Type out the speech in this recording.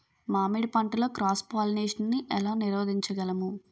మామిడి పంటలో cross pollination నీ ఏల నీరోధించగలము?